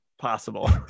possible